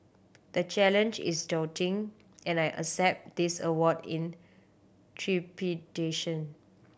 the challenge is daunting and I accept this award in trepidation